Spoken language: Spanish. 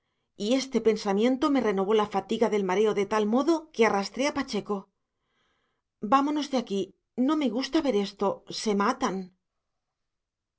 y este pensamiento me renovó la fatiga del mareo de tal modo que arrastré a pacheco vámonos de aquí no me gusta ver esto se matan